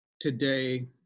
today